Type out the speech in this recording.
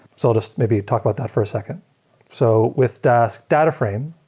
so i'll just maybe talk about that for a second so with dask data frame,